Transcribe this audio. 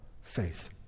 faith